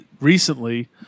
recently